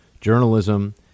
journalism